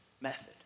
method